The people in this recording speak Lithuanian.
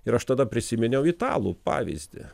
ir aš tada prisiminiau italų pavyzdį